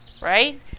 Right